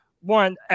one